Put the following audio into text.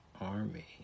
army